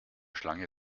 schlange